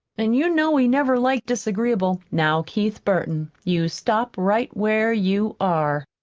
an' you know he never liked disagreeable now, keith burton, you stop right where you are,